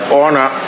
honor